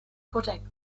pudding